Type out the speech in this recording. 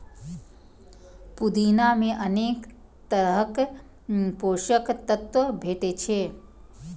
पुदीना मे अनेक तरहक पोषक तत्व भेटै छै